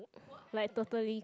like totally